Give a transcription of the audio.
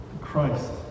Christ